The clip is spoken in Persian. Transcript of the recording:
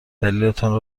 دلیلتان